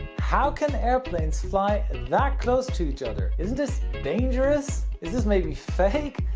how can airplanes fly that close to each other? isn't this dangerous? is this maybe fake?